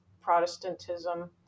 protestantism